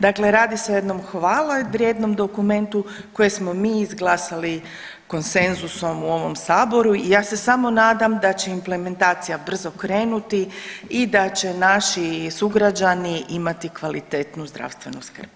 Dakle, radi se o jednom hvale vrijednom dokumentu koje smo mi izglasali konsenzusom u ovom saboru i ja se samo nadam da će implementacija brzo krenuti i da će naši sugrađani imati kvalitetnu zdravstvenu skrb.